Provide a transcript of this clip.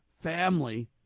family